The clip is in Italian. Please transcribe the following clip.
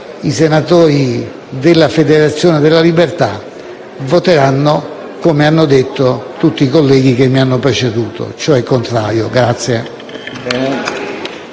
i senatori della Federazione della Libertà voteranno, come hanno detto tutti i colleghi che mi hanno preceduto, in maniera contraria.